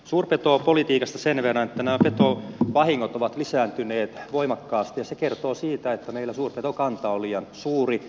suurpetopolitiikasta sen verran että nämä petovahingot ovat lisääntyneet voimakkaasti ja se kertoo siitä että meillä suurpetokanta on liian suuri